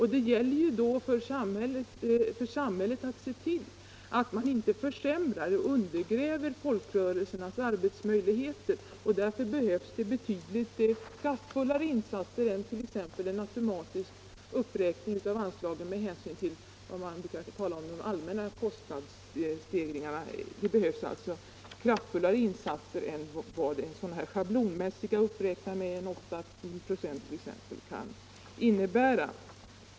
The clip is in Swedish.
Det gäller då för samhället att se till att man inte försämrar och undergräver folkrörelsernas arbetsmöjligheter. Därför behövs det betydligt kraftfullare insatser än t.ex. en automatisk uppräkning av anslagen med hänsyn till vad man brukar tala om som de allmänna kostnadsstegringarna. Det behövs alltså kraftfullare insatser än vad ett schablonmässigt uppräknande av anslagen med 8-9 96 kan innebära.